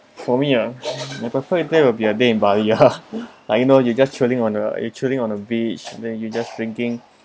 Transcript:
for me ah my perfect day will be a day in bali ya like you know you just chilling on a you chilling on a beach and then you just drinking